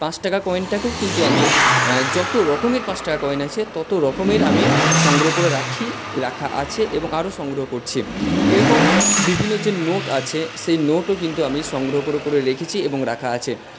পাঁচ টাকা কয়েনটাকেও কিন্তু আমি যত রকমের পাঁচ টাকার কয়েন আছে তত রকমের আমি সংগ্রহ করে রাখি রাখা আছে এবং আরো সংগ্রহ করছি এরকম বিভিন্ন যে নোট আছে সেই নোটও কিন্তু আমি সংগ্রহ করে করে রেখেছি এবং রাখা আছে